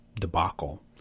debacle